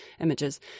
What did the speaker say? images